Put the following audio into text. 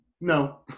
no